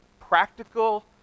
practical